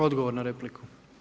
Odgovor na repliku.